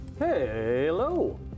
hello